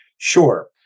Sure